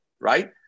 right